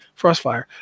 Frostfire